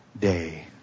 day